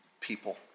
people